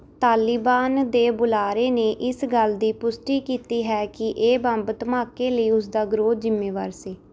ਤਾਲਿਬਾਨ ਦੇ ਬੁਲਾਰੇ ਨੇ ਇਸ ਗੱਲ ਦੀ ਪੁਸ਼ਟੀ ਕੀਤੀ ਹੈ ਕਿ ਇਹ ਬੰਬ ਧਮਾਕੇ ਲਈ ਉਸ ਦਾ ਗਿਰੋਹ ਜ਼ਿੰਮੇਵਾਰ ਸੀ